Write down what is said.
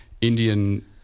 Indian